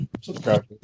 subscribe